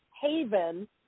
haven